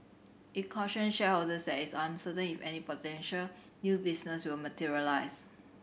it cautioned shareholders that is uncertain if any potential new business will materialise